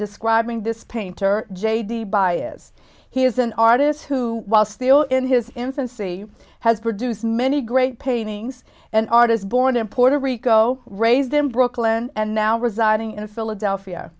describing this painter j d bias he is an artist who while still in his infancy has produced many great paintings and art is born in puerto rico raised in brooklyn and now residing in philadelphia